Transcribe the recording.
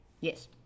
Yes